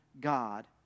God